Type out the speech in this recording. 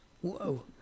Whoa